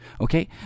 Okay